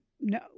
no